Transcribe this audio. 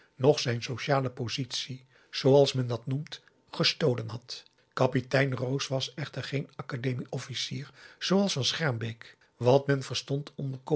noch zijn sociale positie zooals men dat noemt gestolen had kapitein roos was echter geen academie officier zooals van schermbeek wat men verstond